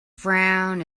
frown